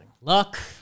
Luck